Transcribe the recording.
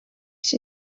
się